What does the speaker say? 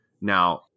Now